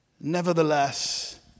Nevertheless